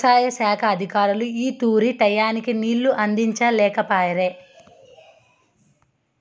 యవసాయ శాఖ అధికారులు ఈ తూరి టైయ్యానికి నీళ్ళు అందించనే లేకపాయె